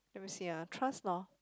let me see ah trust lor